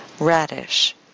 Radish